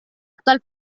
actual